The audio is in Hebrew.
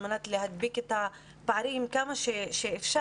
על מנת להדביק את הפערים ככל האפשר,